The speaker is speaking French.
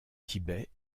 tibet